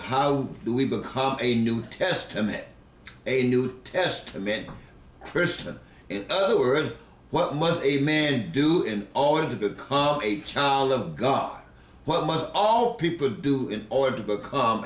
how do we become a new testament a new testament christian in other words what must a man do in all of the a child of god what must all people do in order to become